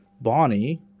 Bonnie